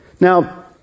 Now